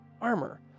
armor